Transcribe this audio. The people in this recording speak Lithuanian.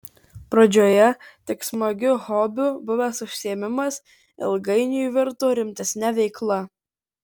pradžioje tik smagiu hobiu buvęs užsiėmimas ilgainiui virto rimtesne veikla